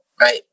right